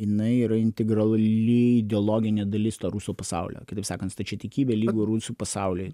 jinai yra integrali ideologinė dalis to rusų pasaulio kitaip sakant stačiatikybė lygu rusų pasauliui